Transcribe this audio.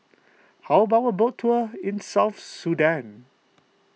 how about a boat tour in South Sudan